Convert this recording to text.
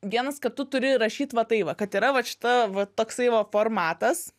vienas kad tu turi rašyt va tai va kad yra vat šita va toksai va formatas